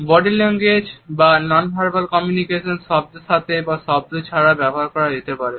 body language বা non verbal communication শব্দের সাথে বা শব্দ ছাড়াও ব্যবহার করা যেতে পারে